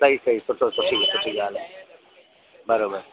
सई सई सुठो सुठी सुठी ॻाल्हि आहे बराबरि